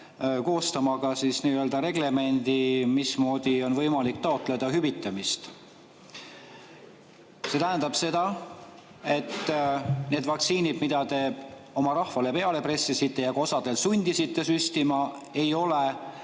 koostama ka nii-öelda reglemendi, mismoodi on võimalik taotleda hüvitamist. See tähendab seda, et nende vaktsiinide [puhul], mida te oma rahvale peale pressite ja osa [inimesi] sundisite süstima, ei ole